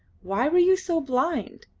why were you so blind?